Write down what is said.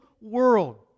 world